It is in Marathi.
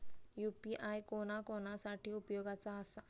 यू.पी.आय कोणा कोणा साठी उपयोगाचा आसा?